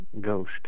ghost